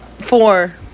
Four